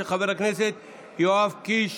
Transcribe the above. של חברי הכנסת יואב קיש